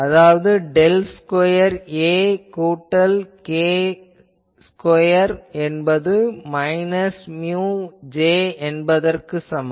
அதாவது del square A கூட்டல் k square என்பது மைனஸ் மியு J என்பதற்கு சமம்